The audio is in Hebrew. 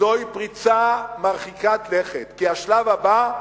זוהי פריצה מרחיקת לכת, כי השלב הבא,